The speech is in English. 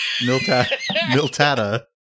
Miltata